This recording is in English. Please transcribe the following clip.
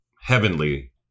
heavenly